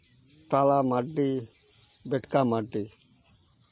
ᱛᱟᱨᱟ ᱢᱟᱨᱰᱤ ᱵᱮᱴᱠᱟ ᱢᱟᱨᱰᱤ